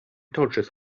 torches